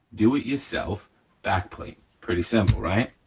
do-it-yourself backplate. pretty simple, right?